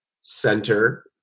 center